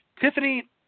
Tiffany